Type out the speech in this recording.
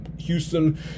Houston